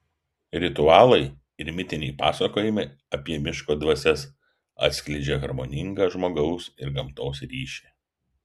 ritualai ir mitiniai pasakojimai apie miško dvasias atskleidžia harmoningą žmogaus ir gamtos ryšį